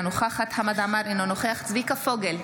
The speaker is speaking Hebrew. אינה נוכחת חמד עמאר, אינו נוכח צביקה פוגל,